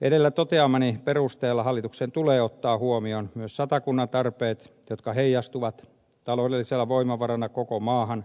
edellä toteamani perusteella hallituksen tulee ottaa huomioon myös satakunnan tarpeet jotka heijastuvat taloudellisena voimavarana koko maahan